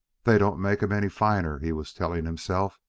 they don't make em any finer! he was telling himself,